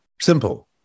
simple